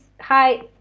hi